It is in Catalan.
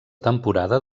temporada